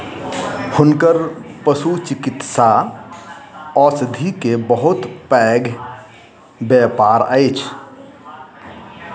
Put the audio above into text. हुनकर पशुचिकित्सा औषधि के बहुत पैघ व्यापार अछि